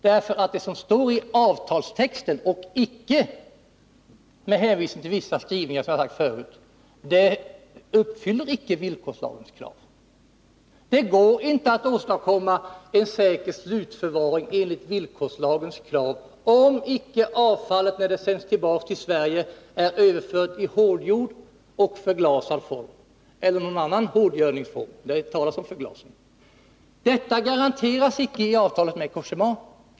Det som står i avtalstexten — icke med hänvisning till vissa skrivelser, som jag har sagt förut — uppfyller nämligen icke villkorslagens krav. Det går inte att åstadkomma en säker slutförvaring enligt villkorslagens krav om icke avfallet, när det sänds tillbaka till Sverige, är överfört i hårdgjord och förglasad form — eller i någon annan hårdgörningsform, men det har talats om förglasning. Detta garanteras icke i avtalet med Cogéma.